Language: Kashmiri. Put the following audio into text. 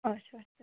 اَچھا اَچھا اَچھا